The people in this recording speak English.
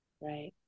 right